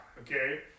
Okay